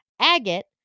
agate